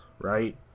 right